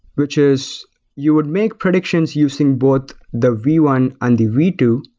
which is you would make predictions using both the v one and the v two,